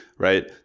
right